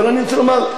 אבל אני רוצה לומר,